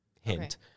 hint